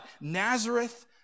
Nazareth